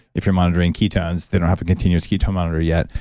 if you're monitoring ketones, they don't have a continuous ketone monitor yet,